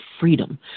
freedom